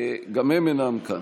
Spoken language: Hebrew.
גם הם אינם כאן.